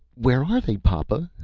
where are they, papa.